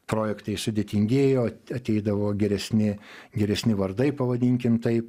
projektai sudėtingėjo ateidavo geresni geresni vardai pavadinkim taip